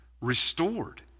restored